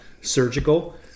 surgical